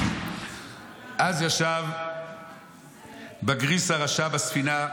"אז ישב בגריס הרשע בספינה,